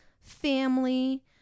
family